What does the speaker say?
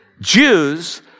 Jews